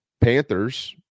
Panthers